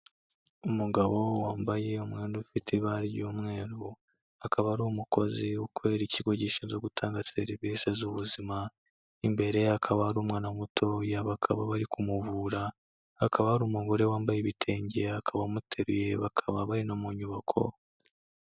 Umugabo wambaye umwenda ufite ibara ry'umweru, akaba ari umukozi ukorera ikigo gishinzwe gutanga serivisi z'ubuzima, n'imbere akaba ari umwana muto yaba bakaba bari kumuvura, akaba hari umugore wambaye ibitenge akaba amuteruye bakaba bari no mu nyubako.